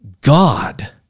God